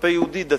כלפי יהודי דתי,